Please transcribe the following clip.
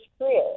career